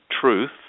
truth